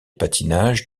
patinage